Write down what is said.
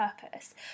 purpose